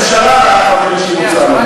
שנייה,